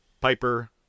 Piper